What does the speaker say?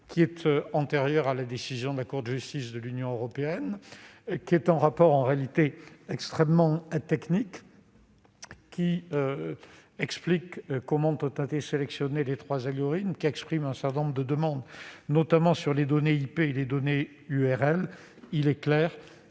mais antérieur à la décision de la Cour de justice de l'Union européenne. Il s'agit d'un document extrêmement technique, expliquant comment ont été sélectionnés les trois algorithmes et exprimant un certain nombre de demandes, notamment sur les données IP et URL. Il est clair